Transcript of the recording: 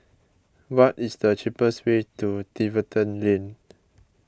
what is the cheapest way to Tiverton Lane